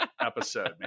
episode